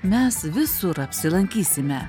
mes visur apsilankysime